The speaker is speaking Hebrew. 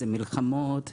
מלחמות,